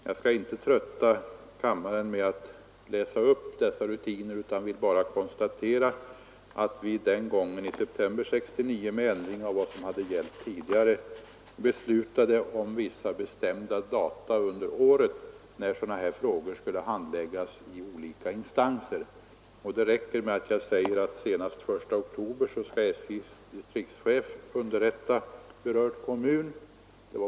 Jag skall inte trötta kammarens ledamöter med att läsa upp dessa rutiner utan vill bara konstatera att vi i september 1969 med ändring av vad som hade gällt tidigare beslutade om vissa bestämda data under året när sådana frågor skulle handläggas i olika instanser. Senast den 1 oktober skall enligt dessa regler SJ:s distriktschef underrätta berörd kommun.